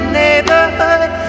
neighborhood